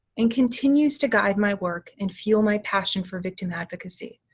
and continues to guide my work and fuel my passion for victim advocacy,